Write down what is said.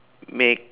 make